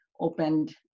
opened